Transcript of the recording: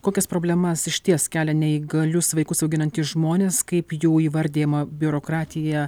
kokias problemas išties kelia neįgalius vaikus auginantys žmonės kaip jų įvardijama biurokratija